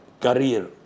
career